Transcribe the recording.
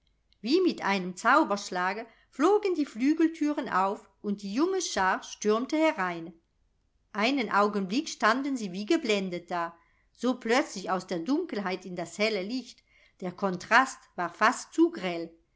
wie mit einem zauberschlage flogen die flügelthüren auf und die junge schar stürmte herein einen augenblick standen sie wie geblendet da so plötzlich aus der dunkelheit in das helle licht der kontrast war fast zu grell